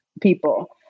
people